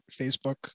facebook